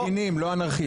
מפגינים לא אנרכיסטים.